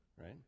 right